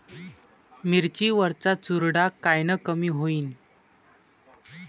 मिरची वरचा चुरडा कायनं कमी होईन?